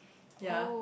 ya